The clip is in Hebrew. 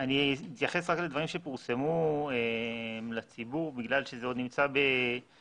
אני אתייחס רק לדברים שפורסמו לציבור בגלל שזה עוד נמצא בשיח.